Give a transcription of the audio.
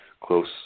close